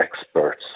experts